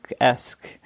esque